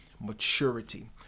maturity